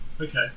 Okay